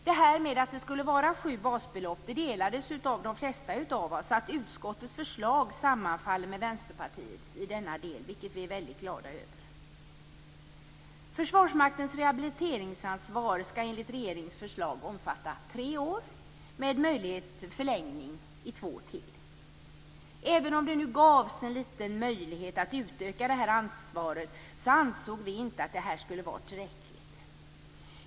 Åsikten om att det skulle vara sju basbelopp delades av de flesta av oss. Utskottets förslag sammanfaller därför med Vänsterpartiets i denna del, vilket vi är väldigt glada över. Försvarsmaktens rehabiliteringsansvar skall enligt regeringens förslag omfatta tre år med möjlighet till en förlängning på två år. Även om det gavs en liten möjlighet att utöka det här ansvaret ansåg vi inte att det var tillräckligt.